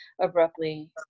abruptly